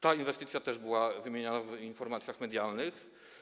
Ta inwestycja też była wymieniana w informacjach medialnych.